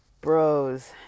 bros